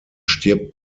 stirbt